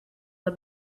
the